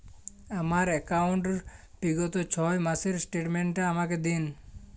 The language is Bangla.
আমার অ্যাকাউন্ট র বিগত ছয় মাসের স্টেটমেন্ট টা আমাকে দিন?